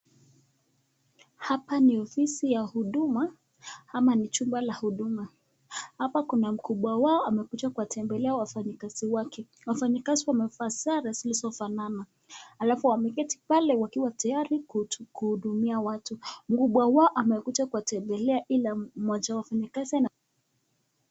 Hapa ni ofisi ya huduma ama ni chumba la huduma. Hapa kuna mkubwa wao amekuja kuwatembelea wafanyikazi wake. Wafanyikazi wamevaa sare zilizofanana alafu wameketi pale wakiwa pale tayari kuhudumia watu . Mkubwa wao amekuja kuwatembelea ila mmoja wa wafanyikazi ana...